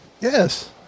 Yes